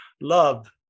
love